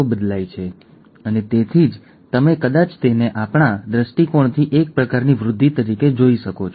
Mendelian Mendel Gregor મેન્ડલનો ઉલ્લેખ કરે છે